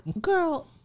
girl